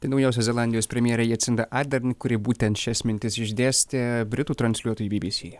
tai naujosios zelandijos premjerė jacinta ardern kuri būtent šias mintis išdėstė britų transliuotojui bbc